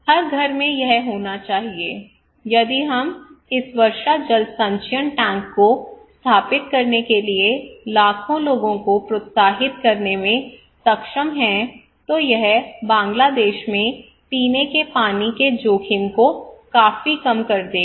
हर घर में यह होना चाहिए यदि हम इस वर्षा जल संचयन टैंक को स्थापित करने के लिए लाखों लोगों को प्रोत्साहित करने में सक्षम हैं तो यह बांग्लादेश में पीने के पानी के जोखिम को काफी कम कर देगा